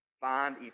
find